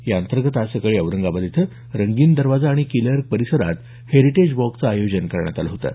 या अंतर्गत आज सकाळी औरंगाबाद इथं रंगीन दरवाजा आणि किले अर्क परिसरात हेरिटेज वॉकचं आयोजन करण्यात आलं होतं